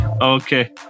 okay